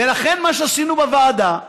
ולכן, מה שעשינו בוועדה היה,